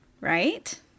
right